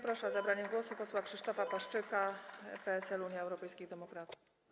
Proszę o zabranie głosu posła Krzysztofa Paszyka, PSL - Unia Europejskich Demokratów.